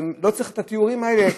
לא צריך את התיאורים האלה,